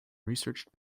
researched